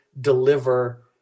deliver